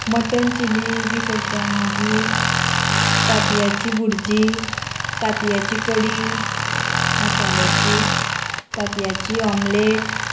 mutton chilli बी करता मागीर तांतयांची बुरजी तांतयांची कडी मसाल्याची तांतयांची ऑमलेट